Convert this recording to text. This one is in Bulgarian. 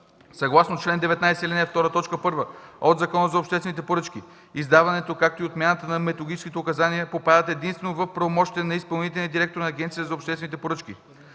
Съгласно чл. 19, ал. 2, т. 1 от Закона за обществените поръчки, издаването, както и отмяната на методическите указания попадат единствено в правомощията на изпълнителния директор на Агенцията по обществените поръчки.